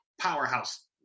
powerhouse